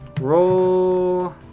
roll